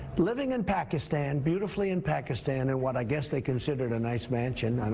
living in pakistan, beautifully in pakistan in what i guess they considered a nice mansion, and